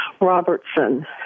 Robertson